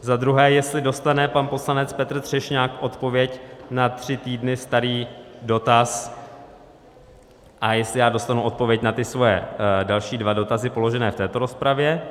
Za druhé, jestli dostane pan poslanec Petr Třešňák odpověď na tři týdny starý dotaz a jestli já dostanu odpověď na ty své další dva dotazy položené v této rozpravě.